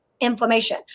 inflammation